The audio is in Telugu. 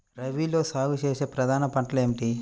రబీలో సాగు చేసే ప్రధాన పంటలు ఏమిటి?